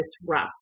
disrupt